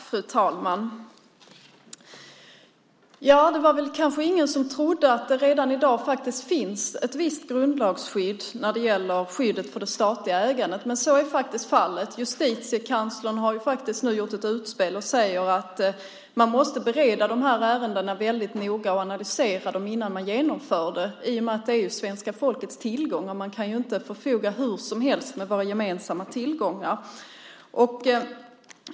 Fru talman! Det var väl ingen som trodde att det redan i dag finns ett visst grundlagsskydd när det gäller skyddet av det statliga ägandet, men så är fallet. Justitiekanslern har nu gjort ett utspel och säger att man måste bereda de här ärendena väldigt noga och analysera dem innan man genomför det. Det är ju svenska folkets tillgångar. Man kan inte förfoga hur som helst över våra gemensamma tillgångar.